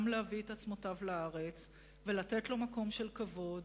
גם להביא את עצמותיו לארץ ולתת לו מקום של כבוד